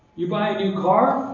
you buy a new car.